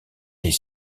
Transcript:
les